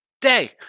day